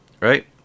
right